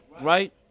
right